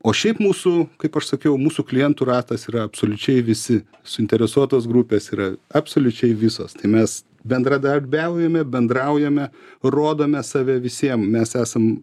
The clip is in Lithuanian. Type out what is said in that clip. o šiaip mūsų kaip aš sakiau mūsų klientų ratas yra absoliučiai visi suinteresuotos grupės yra absoliučiai visos tai mes bendradarbiaujame bendraujame rodome save visiem mes esam